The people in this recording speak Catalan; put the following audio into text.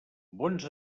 bons